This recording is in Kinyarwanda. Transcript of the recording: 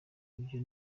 ibyo